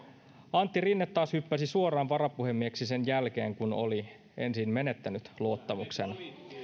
antti rinne taas hyppäsi suoraan varapuhemieheksi sen jälkeen kun oli ensin menettänyt luottamuksen